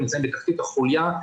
המורים נמצאים בתחתית החוליה,